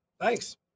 Thanks